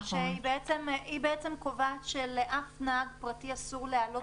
היא בעצם קובעת שלאף נהג פרטי אסור להעלות